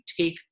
take